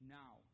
now